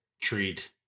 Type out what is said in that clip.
treat